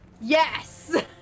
Yes